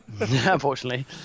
unfortunately